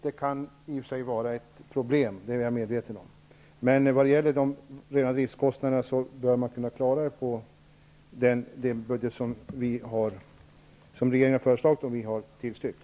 Det kan i och för sig vara ett problem -- det är jag medveten om. Men de rena driftskostnaderna bör man kunna klara med den budget som regeringen har föreslagit och som vi har tillstyrkt.